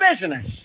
business